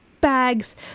bags